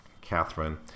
Catherine